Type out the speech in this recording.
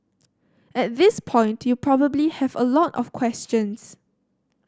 at this point you probably have a lot of questions